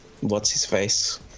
What's-His-Face